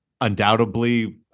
undoubtedly